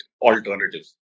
alternatives